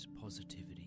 positivity